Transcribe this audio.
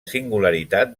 singularitat